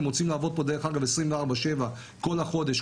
הם רוצים לעבוד פה 24/7 כל החודש,